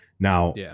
Now